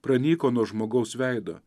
pranyko nuo žmogaus veido